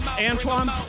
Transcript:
Antoine